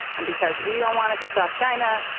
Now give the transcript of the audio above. and because we don't want to piss off china,